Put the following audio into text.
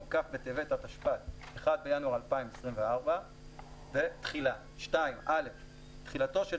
כ' בטבת התשפ"ד (1 בינואר 2024)". תחילה 2. (א)תחילתו של